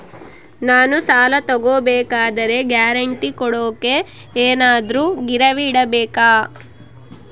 ನಾನು ಸಾಲ ತಗೋಬೇಕಾದರೆ ಗ್ಯಾರಂಟಿ ಕೊಡೋಕೆ ಏನಾದ್ರೂ ಗಿರಿವಿ ಇಡಬೇಕಾ?